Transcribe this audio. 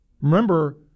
Remember